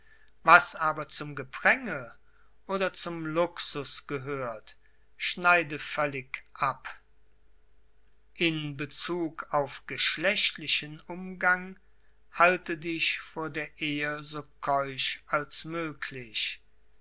was aber zum gepränge oder zum luxus gehört schneide völlig abi in bezug auf geschlechtlichen umgang halte dich vor der ehe so keusch als möglich